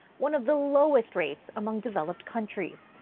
one of the lowest rates among developed countries.